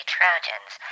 Trojans